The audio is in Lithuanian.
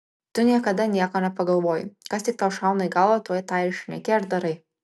tu niekada nieko nepagalvoji kas tik tau šauna į galvą tuoj tą ir šneki ar darai